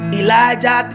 elijah